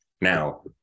Now